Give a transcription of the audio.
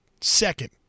second